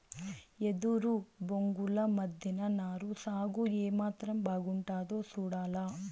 ఎదురు బొంగుల మద్దెన నారు సాగు ఏమాత్రం బాగుండాదో సూడాల